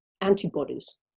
antibodies